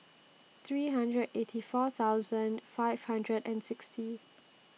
three hundred eighty four thousand five hundred and sixty